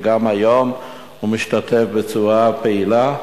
גם היום הוא משתתף בצורה פעילה.